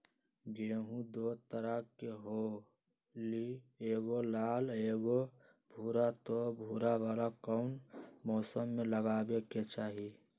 गेंहू दो तरह के होअ ली एगो लाल एगो भूरा त भूरा वाला कौन मौसम मे लगाबे के चाहि?